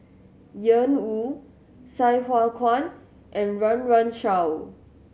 Ian Woo Sai Hua Kuan and Run Run Shaw